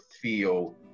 feel